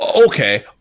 Okay